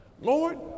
Lord